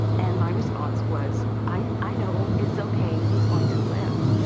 and my response was, i know. it's okay. he's going to live.